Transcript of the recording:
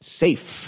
safe